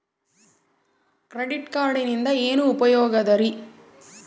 Credit ಕಾರ್ಡಿನಿಂದ ಏನು ಉಪಯೋಗದರಿ?